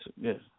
Yes